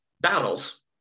battles